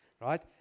right